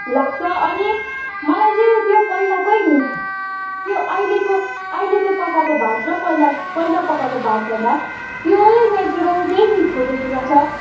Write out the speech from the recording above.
लाग्छ अनि मलाई चाहिँ त्यो पहिलाकै त्यो अहिलेको अहिलेको पकाएको भात र पहिला पहिला पकाएको भात भन्दा त्यही नेचुरल त्यही मिठो जस्तो लाग्छ